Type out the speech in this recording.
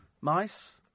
mice